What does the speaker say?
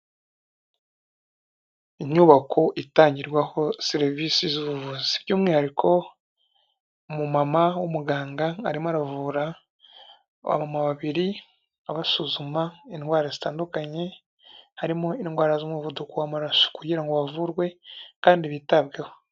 Inyubako itangirwaho serivisi zubuvuzi by'umwihariko, umumama w'umuganga arimo aravura babiri abasuzuma indwara zitandukanye, harimo indwara z'umuvuduko w'amaraso kugira ngo bavurwe kandi bitabweho.